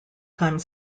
time